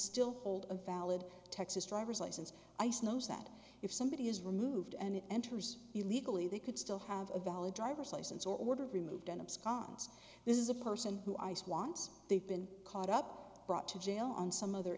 still hold a valid texas driver's license ice knows that if somebody is removed and enters illegally they could still have a valid driver's license or order removed and absconds this is a person who ice wants they've been caught up brought to jail on some other